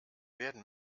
werden